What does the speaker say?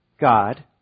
God